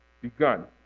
begun